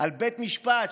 על בית משפט,